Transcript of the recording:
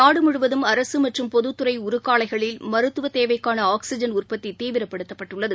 நாடுமுழுவதும் அரசுமற்றும் பொதுத்துறைஉருக்காலைகளில் மருத்துவத் தேவைக்கான ஆக்ஸிஜன் உற்பத்திதீவிரப்படுத்தப்பட்டுள்ளது